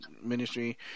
ministry